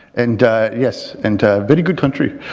and yes and very good country.